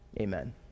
Amen